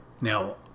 Now